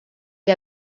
que